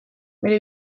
bere